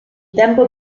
tempo